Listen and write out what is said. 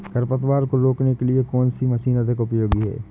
खरपतवार को रोकने के लिए कौन सी मशीन अधिक उपयोगी है?